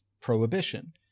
prohibition